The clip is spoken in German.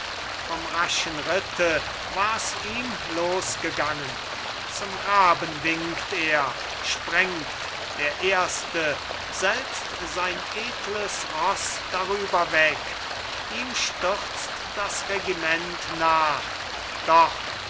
vom raschen ritte wars ihm losgegangen zum graben winkt er sprengt der erste selbst sein edles roß darüber weg ihm stürzt das regiment nach doch